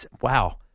Wow